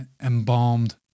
embalmed